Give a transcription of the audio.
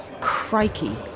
Crikey